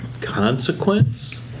consequence